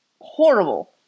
horrible